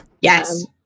Yes